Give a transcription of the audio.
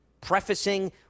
prefacing